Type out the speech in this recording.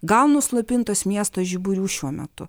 gal nuslopintos miesto žiburių šiuo metu